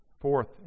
Fourth